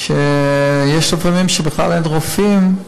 שיש לפעמים שבכלל אין רופאים.